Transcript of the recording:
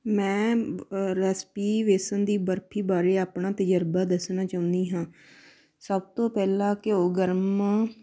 ਮੈਂ ਰੈਸਪੀ ਬੇਸਣ ਦੀ ਬਰਫ਼ੀ ਬਾਰੇ ਆਪਣਾ ਤਜਰਬਾ ਦੱਸਣਾ ਚਾਹੁੰਦੀ ਹਾਂ ਸਭ ਤੋਂ ਪਹਿਲਾਂ ਘਿਓ ਗਰਮ